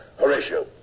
Horatio